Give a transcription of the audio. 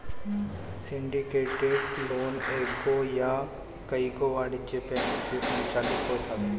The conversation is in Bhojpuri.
सिंडिकेटेड लोन एगो या कईगो वाणिज्यिक बैंक से संचालित होत हवे